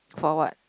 for what